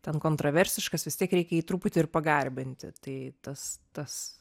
ten kontroversiškas vis tiek reikia jį truputį ir pagarbinti tai tas tas